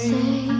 Say